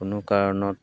কোনো কাৰণত